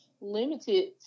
limited